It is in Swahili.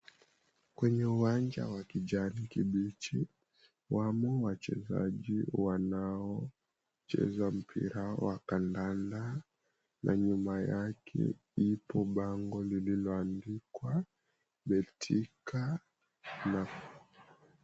Kwenye uwanja wa kijanikibichi wamo wachezaji wanaocheza mpira wa kandanda na nyuma yake ipo bango lililoandikwa Betika.